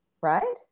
Right